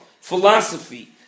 philosophy